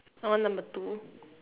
I want number two